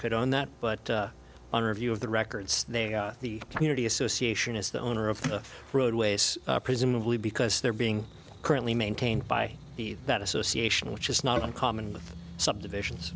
could on that but on review of the records they the community association is the owner of the roadways presumably because they're being currently maintained by the that association which is not uncommon with subdivisions